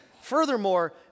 Furthermore